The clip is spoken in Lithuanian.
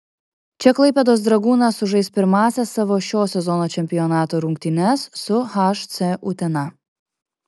čia klaipėdos dragūnas sužais pirmąsias savo šio sezono čempionato rungtynes su hc utena